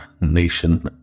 Nation